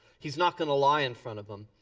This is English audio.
he's not gonna lie in front of them.